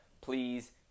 please